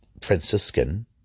Franciscan